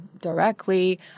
directly